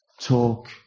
talk